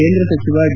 ಕೇಂದ್ರ ಸಚಿವ ಡಿ